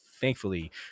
thankfully